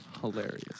hilarious